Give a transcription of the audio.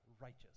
righteous